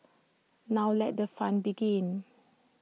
now let the fun begin